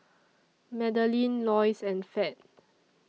Madelene Loyce and Fed